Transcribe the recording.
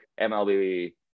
MLB